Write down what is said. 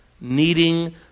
needing